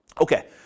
Okay